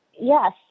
Yes